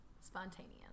Spontaneous